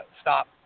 stop